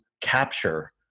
capture